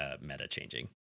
meta-changing